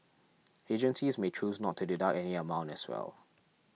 agencies may choose not to deduct any amount as well